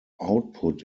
output